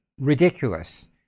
ridiculous